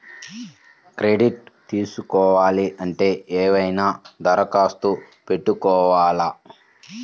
Credit తీసుకోవాలి అంటే ఏమైనా దరఖాస్తు పెట్టుకోవాలా?